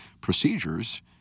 procedures